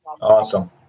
Awesome